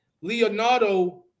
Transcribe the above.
leonardo